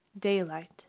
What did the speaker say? daylight